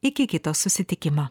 iki kito susitikimo